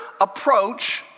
approach